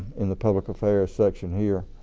in the public affairs section here.